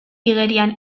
igerian